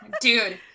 Dude